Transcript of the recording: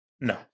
No